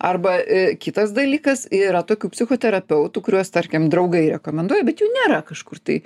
arba kitas dalykas yra tokių psichoterapeutų kuriuos tarkim draugai rekomenduoja bet jų nėra kažkur tai